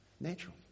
Natural